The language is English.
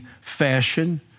fashion